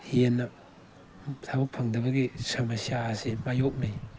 ꯑꯗꯨꯅ ꯍꯦꯟꯅ ꯊꯕꯛ ꯐꯪꯗꯕꯒꯤ ꯁꯃꯁ꯭ꯌꯥꯑꯁꯤ ꯃꯥꯏꯌꯣꯛꯅꯩ